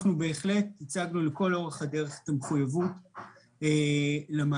בהחלט הצגנו לאורך הדרך את המחויבות למהלך.